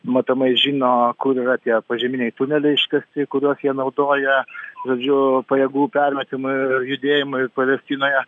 matomai žino kur yra tie požeminiai tuneliai iškasti kuriuos jie naudoja žodžiu pajėgų permetimui judėjimui palestinoje